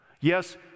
Yes